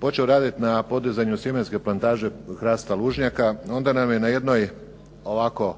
počeo raditi na podizanju sjemenske plantaže hrasta lužnjaka. Onda nam je na jednoj ovako,